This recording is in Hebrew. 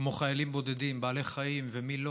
כמו חיילים בודדים, בעלי חיים ומי לא,